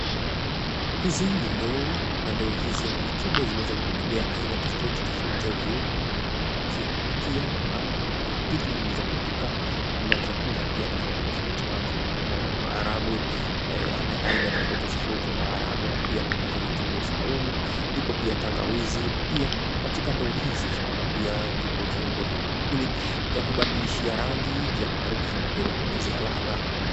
Hizi ni ndoo, na ndoo hizi ama mikebe zimeweza kukubebea aina tofauti tofauti ya viungo vya kupikia ama vitu za kupika ama vyakula pia tofauti tofauti. Maana tunaona kunayo maharagwe, aina tofauti tofauti ya maharagwe na pia kunazo vitunguu saumu, ipo pia tangawizi na pia katika ndoo hizi tunaona pia vipo viungo vya maakuli vya kubadilishia rangi vya harufu na pia vya kuongezea ladha.